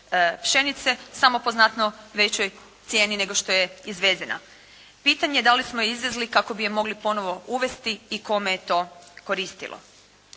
pšenice samo po znatno većoj cijeni nego što je izvezena. Pitanje je da li smo je izvezli kako bi je mogli ponovno uvesti i kome je to koristilo.